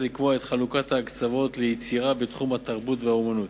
לקבוע את חלוקת ההקצבות ליצירה בתחום התרבות והאמנות,